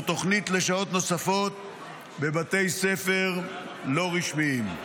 תוכנית לשעות נוספות בבתי ספר לא רשמיים.